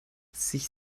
sich